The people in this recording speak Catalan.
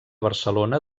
barcelona